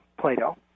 Plato